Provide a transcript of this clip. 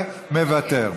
ומוותר.